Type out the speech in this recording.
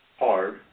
hard